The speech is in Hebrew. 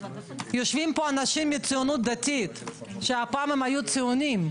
יושבים פה אנשים מהציונות הדתית שפעם היו ציוניים.